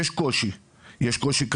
יש קושי כלכלי.